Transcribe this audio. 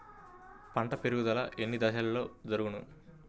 పంట పెరుగుదల ఎన్ని దశలలో జరుగును?